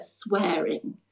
swearing